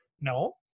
No